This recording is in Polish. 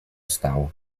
stało